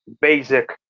basic